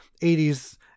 80s